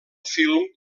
film